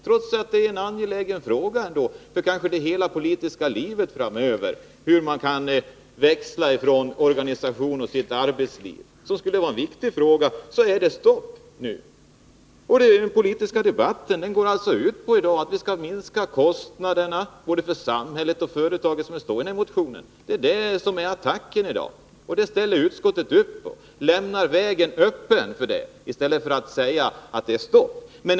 Trots att det är angeläget för hela det politiska livet Torsdagen den framöver att se till att man kan växla mellan verksamhet i organisationer och 27 november 1980 verksamhet i arbetslivet är det nu stopp. Den politiska debatten i dag går ut på att vi skall minska kostnaderna för samhället och för företagen, precis som man säger i moderatmotionen. Och den attacken lämnar utskottet vägen öppen för och ställer upp på i stället för att sätta stopp för den.